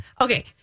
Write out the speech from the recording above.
Okay